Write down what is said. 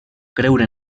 creure